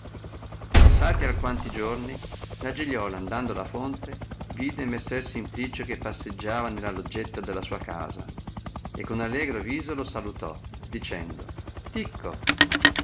passati alquanti giorni la giliola andando alla fonte vide messer simplicio che passeggiava nella loggetta della sua casa e con allegro viso lo salutò dicendo ticco